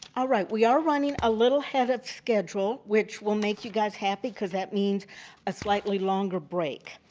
alright, we are running a little ahead of schedule which will make you guys happy because that means a slightly longer break.